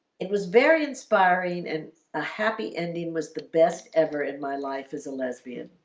it was very inspiring and a happy ending was the best ever in my life as a lesbian